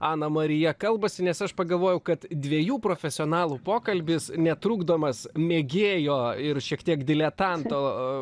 ana marija kalbasi nes aš pagalvojau kad dviejų profesionalų pokalbis netrukdomas mėgėjo ir šiek tiek diletanto